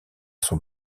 son